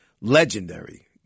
Legendary